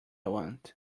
want